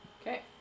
Okay